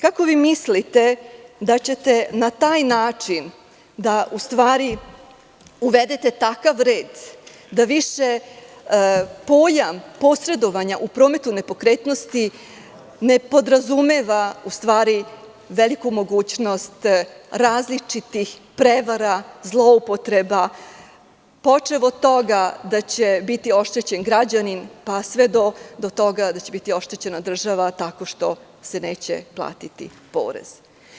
Kako vi mislite da ćete na taj način da uvedete takav red, da više pojam posredovanja u prometu nepokretnosti ne podrazumeva u stvari veliku mogućnost različitih prevara, zloupotreba, počev od toga da će biti oštećen građanin, pa sve do toga da će biti oštećena država, tako što se neće platiti porez.